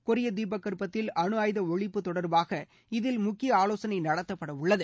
கொரிய தீபகற்பத்தில் அனு ஆயுத ஒழிப்பு தொடர்பாக இதில் முக்கிய ஆலோசனை நடத்தப்படவுள்ளது